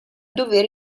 dovere